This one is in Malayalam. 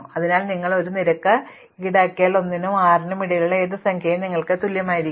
അതിനാൽ നിങ്ങൾ ഒരു നിരക്ക് ഈടാക്കിയാൽ 1 നും 6 നും ഇടയിലുള്ള ഏത് സംഖ്യയും നിങ്ങൾക്ക് തുല്യമായിരിക്കും